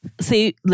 See